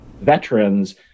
veterans